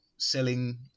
Selling